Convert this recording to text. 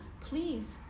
please